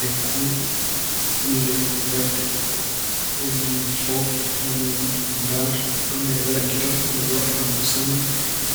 lekkuule, kulle ladde. Maa mi foof. Maa ni ndaar, ɗum ina wela gite am, ina yooɗa kam sanne.